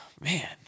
man